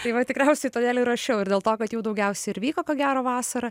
tai va tikriausiai todėl ir rašiau ir dėl to kad jų daugiausiai ir vyko ko gero vasarą